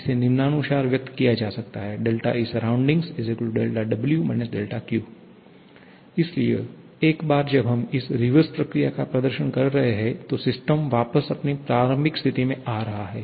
इसे निम्नानुसार व्यक्त किया जा सकता है 𝛥𝐸sur 𝛿W − 𝛿Q इसलिए एक बार जब हम इस रिवर्स प्रक्रिया का प्रदर्शन कर रहे हैं तो सिस्टम वापस अपनी प्रारंभिक स्थिति में आ रहा है